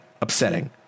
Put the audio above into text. Upsetting